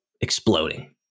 exploding